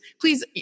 Please